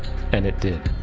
and it did.